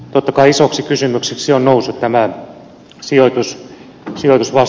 totta kai isoksi kysymykseksi on noussut tämä sijoittajavastuu